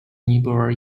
尼泊尔